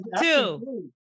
two